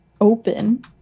open